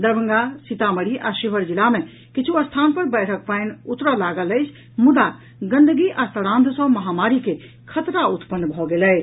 दरभंगा सीतामढ़ी आ शिवहर जिला मे किछु स्थान पर बाढ़िक पानि उतरऽ लागल अछि मुदा गंदगी आ सड़ांध सँ महामारी के खतरा उत्पन्न भऽ गेल अछि